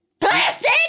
plastic